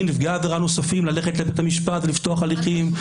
נפגעי עבירה נוספים ללכת לבית המשפט ולפתוח הליכים,